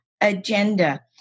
agenda